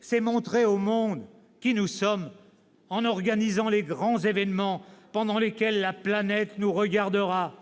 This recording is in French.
c'est montrer au monde qui nous sommes, en organisant de grands événements pendant lesquels la planète nous regardera.